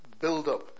build-up